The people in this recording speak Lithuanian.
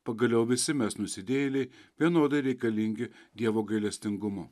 pagaliau visi mes nusidėjėliai vienodai reikalingi dievo gailestingumu